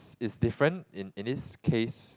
is different in in this case